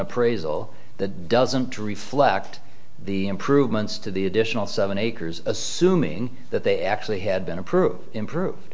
appraisal that doesn't reflect the improvements to the additional seven acres assuming that they actually had been approved improve